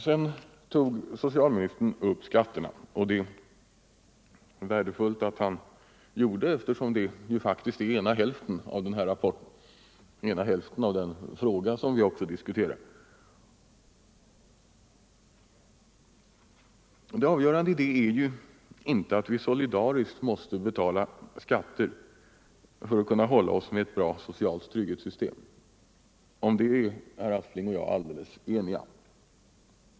Vidare tog socialministern upp skatterna, och det är värdefullt att han gjorde det, eftersom det problemet faktiskt utgör ena hälften av den här rapporten och ena hälften av den fråga som i dag diskuteras. Det avgörande är inte att vi solidariskt måste betala skatter för att kunna hålla oss med ett så bra socialt trygghetssystem - om det är herr Aspling och jag helt eniga.